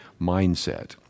mindset